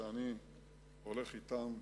שאני הולך אתם.